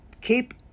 keep